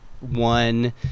one